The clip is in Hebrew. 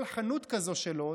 כל חנות כזאת שלו,